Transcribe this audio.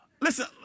Listen